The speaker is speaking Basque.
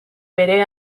bere